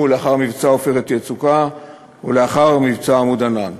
לאחר מבצע "עופרת יצוקה" ולאחר מבצע "עמוד ענן",